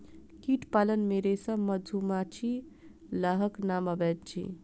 कीट पालन मे रेशम, मधुमाछी, लाहक नाम अबैत अछि